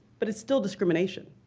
but it's still discrimination.